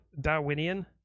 Darwinian